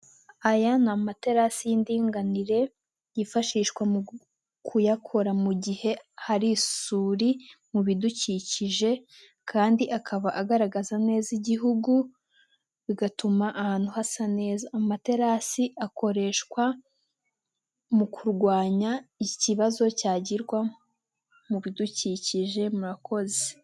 Aya ni amaterasi y'indinganire yifashishwa mu kuyakora mu gihe hari isuri mu bidukikije, kandi akaba agaragaza neza igihugu, bigatuma ahantu hasa neza. Amaterasi akoreshwa mu kurwanya ikibazo cyagirwa mu bidukikije murakoze.